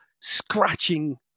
scratching